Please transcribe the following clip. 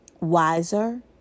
wiser